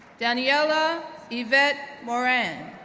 daniela yvette morin,